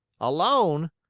alone?